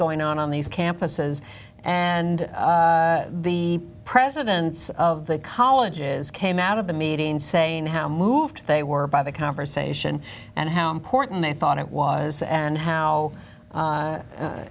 going on on these campuses and the presidents of the colleges came out of the meeting saying how moved they were by the conversation and how important they thought it was and how